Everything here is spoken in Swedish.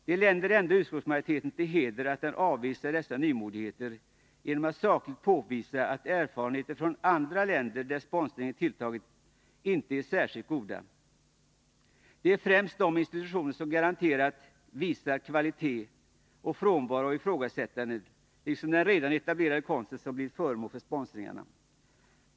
Det länder ändå utskottsmajoriteten till heder att den avvisar dessa nymodigheter genom att sakligt påvisa att erfarenheter från andra länder där sponsringen tilltagit inte är särskilt goda. Det är främst de institutioner som garanterat visar kvalitet och frånvaro av ifrågasättanden, liksom den redan etablerade konsten som blivit föremål för företagens sponsringar.